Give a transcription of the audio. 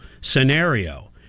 scenario